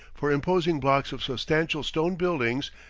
for imposing blocks of substantial stone buildings,